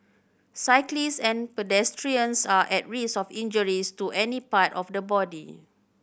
cyclists and pedestrians are at risk of injuries to any part of the body